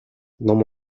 ном